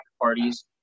parties